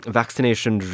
vaccination